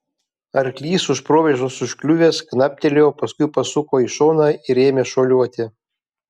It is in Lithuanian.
arklys už provėžos užkliuvęs knaptelėjo paskui pasuko į šoną ir ėmę šuoliuoti